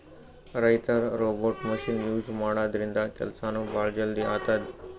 ರೈತರ್ robot machine use ಮಾಡದ್ರಿನ್ದ ಕೆಲ್ಸನೂ ಭಾಳ್ ಜಲ್ದಿ ಆತದ್